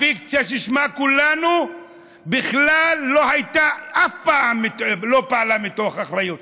הפיקציה ששמה כולנו בכלל לא פעלה אף פעם מתוך אחריות.